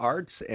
Arts